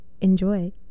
Enjoy